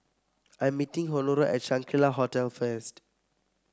I am meeting Honora at Shangri La Hotel first